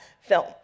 film